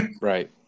Right